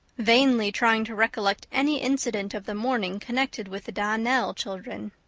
vainly trying to recollect any incident of the morning connected with the donnell children.